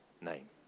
name